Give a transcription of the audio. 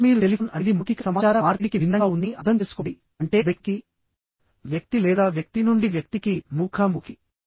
మొదట మీరు టెలిఫోన్ అనేది మౌఖిక సమాచార మార్పిడికి భిన్నంగా ఉందని అర్థం చేసుకోండి అంటే వ్యక్తికి వ్యక్తి లేదా వ్యక్తి నుండి వ్యక్తికిముఖాముఖి